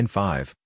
five